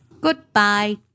Goodbye